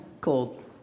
Cold